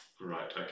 right